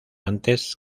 antes